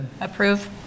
Approve